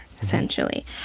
essentially